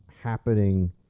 happening